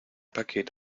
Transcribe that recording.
paket